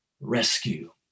rescue